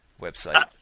website